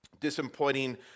disappointing